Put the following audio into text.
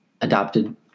adopted